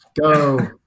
go